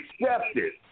accepted